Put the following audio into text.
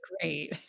great